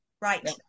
right